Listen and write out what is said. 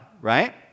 right